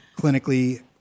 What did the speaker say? clinically